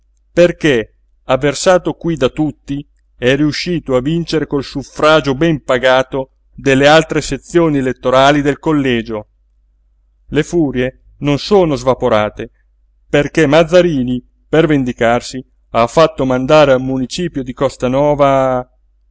perché avversato qui da tutti è riuscito a vincere col suffragio ben pagato delle altre sezioni elettorali del collegio le furie non sono svaporate perché mazzarini per vendicarsi ha fatto mandare al municipio di